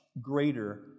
greater